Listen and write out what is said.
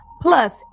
Plus